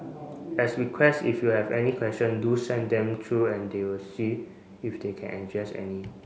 as request if you have any question do send them through and they will see if they can address any